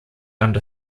under